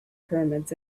pyramids